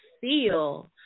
feel